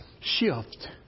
shift